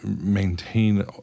maintain